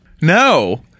No